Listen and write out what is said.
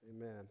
amen